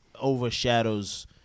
overshadows